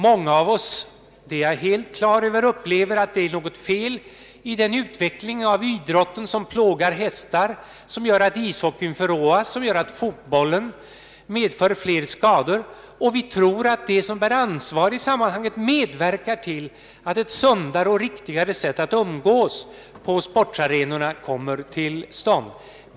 Många av oss upplever att det är något fel i den utveckling av idrotten som gör att man plågar hästar, som gör att ishockeyn förråas och som gör att fotbollen medför flera skador, men vi tror att de som har ansvar i sammanhanget medverkar till ett sundare och riktigare sätt att umgås på sportarenorna.